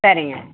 சரிங்க